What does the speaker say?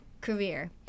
career